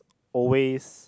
always